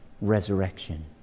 resurrection